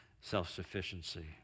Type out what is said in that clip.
self-sufficiency